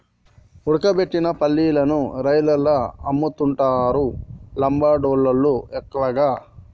ఉడకబెట్టిన పల్లీలను రైలల్ల అమ్ముతుంటరు లంబాడోళ్ళళ్లు ఎక్కువగా